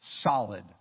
solid